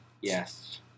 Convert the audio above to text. Yes